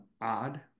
odd